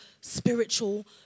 spiritual